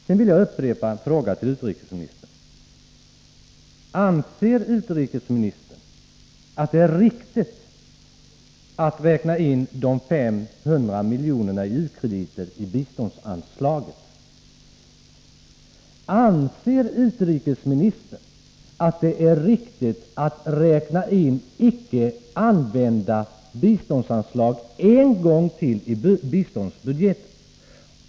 Sedan vill jag upprepa en fråga till utrikesministern: Anser utrikesministern att det är riktigt att räkna in de 500 miljonerna i u-krediter i biståndsanslaget? Anser utrikesministern att det är riktigt att räkna in icke använda biståndsanslag en gång till i biståndsbudgeten?